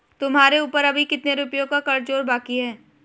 तुम्हारे ऊपर अभी कितने रुपयों का कर्ज और बाकी है?